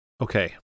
Okay